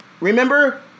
Remember